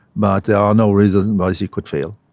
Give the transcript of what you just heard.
but there are no reasons and why she could fail.